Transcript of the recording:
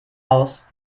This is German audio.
aus